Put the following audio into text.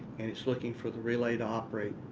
and it's looking for the relay to operate.